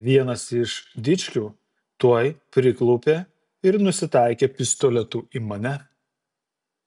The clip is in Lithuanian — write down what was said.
vienas iš dičkių tuoj priklaupė ir nusitaikė pistoletu į mane